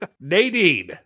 nadine